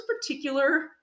particular